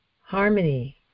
harmony